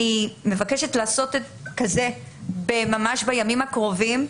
זה יהיה ממש בימים הקרובים,